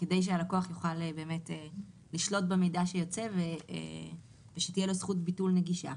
כדי שהלקוח יוכל באמת לשלוט במידע שיוצא ושתהיה לו זכות ביטול נגישה.